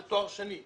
הוא תואר שני.